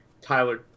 Tyler